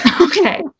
Okay